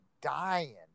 dying